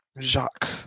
Jacques